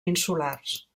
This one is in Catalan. insulars